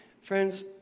friends